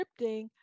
scripting